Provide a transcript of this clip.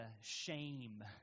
shame